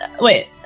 Wait